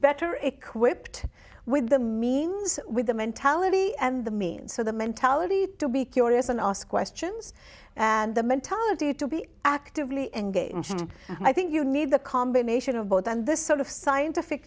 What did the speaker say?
better equipped with the means with the mentality and the means so the mentality to be curious and ask questions and the mentality to be actively engaged i think you need the combination of both and this sort of scientific